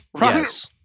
Yes